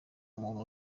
umuntu